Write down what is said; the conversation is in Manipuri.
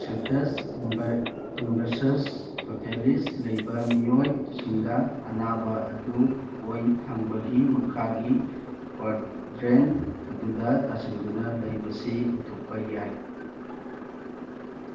ꯁꯤꯇꯁ ꯏꯟꯕꯔꯁꯁ ꯇꯣꯇꯦꯂꯤꯁ ꯂꯩꯕ ꯃꯤꯑꯣꯏꯁꯤꯡꯗ ꯑꯅꯥꯕ ꯑꯗꯨ ꯑꯣꯏ ꯊꯪꯕꯒꯤ ꯃꯈꯥꯒꯤ ꯀ꯭ꯋꯥꯗ꯭ꯔꯦꯟ ꯑꯗꯨꯗ ꯇꯥꯁꯤꯟꯗꯨꯅ ꯂꯩꯕꯁꯤ ꯑꯣꯏꯊꯣꯛꯄ ꯌꯥꯏ